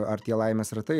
ar tie laimės ratai